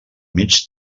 mig